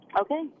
Okay